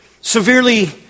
severely